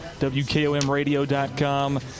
WKOMRadio.com